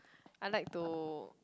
I like to